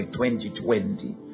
2020